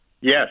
Yes